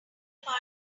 pardon